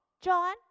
John